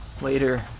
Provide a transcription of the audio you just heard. Later